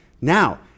Now